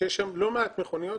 שם יש לא מעט מכוניות,